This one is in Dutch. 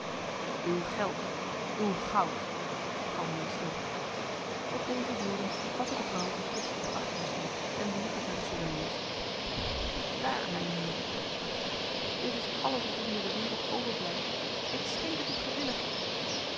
uw geld uw goud galmde een stem op deze woorden vatte de vrouw een kistje dat achter haar stond en wierp het naar de soldeniers daar mijne heren sprak zij dit is alles wat ons in de wereld overblijft ik schenk het u gewilliglijk